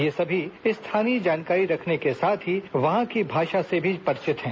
ये सभी स्थानीय जानकारी रखने के साथ ही वहां की भाषा भी जानती हैं